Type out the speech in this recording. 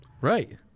Right